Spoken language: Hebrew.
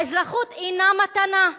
האזרחות אינה מתנה.